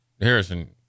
Harrison